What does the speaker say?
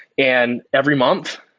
and every month,